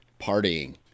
partying